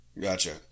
Gotcha